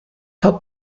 hat